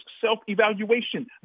self-evaluation